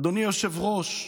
אדוני היושב-ראש,